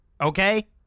Okay